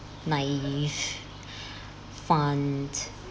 naive fun